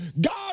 God